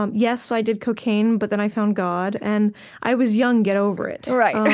um yes, i did cocaine, but then i found god. and i was young, get over it. right. yeah